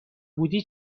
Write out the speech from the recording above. بودی